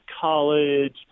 college